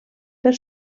per